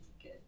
good